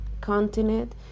continent